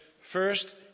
first